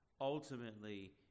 Ultimately